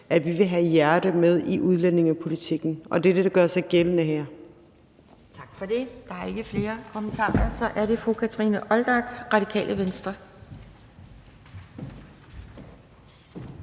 at vi vil have hjertet med i udlændingepolitikken, og det er det, der gør sig gældende her. Kl. 19:08 Anden næstformand (Pia Kjærsgaard): Tak for det. Der er ikke flere kommentarer. Så er det fru Kathrine Olldag, Radikale Venstre.